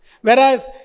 Whereas